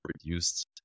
produced